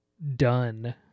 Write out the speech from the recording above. done